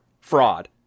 fraud